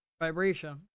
vibration